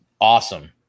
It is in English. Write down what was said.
awesome